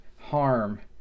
harm